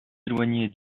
éloignée